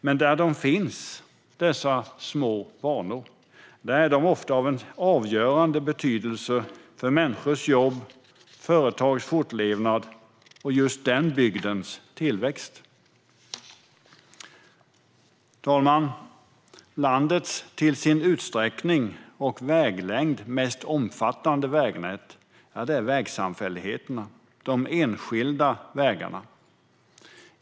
Men där dessa små banor finns är de ofta av avgörande betydelse för människors jobb, företags fortlevnad och just den bygdens tillväxt. Herr talman! Landets mest omfattande vägnät, i fråga om utsträckning och väglängd, är vägsamfälligheterna - de enskilda vägarna.